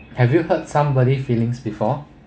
have you hurt somebody's feelings before